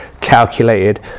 calculated